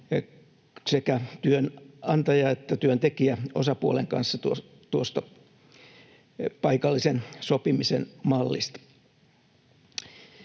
sekä työnantaja- että työntekijäosapuolen kanssa tuosta paikallisen sopimisen mallista.